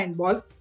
balls